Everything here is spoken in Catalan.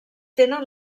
tenen